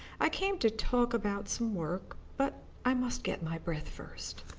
i came to talk about some work, but i must get my breath first.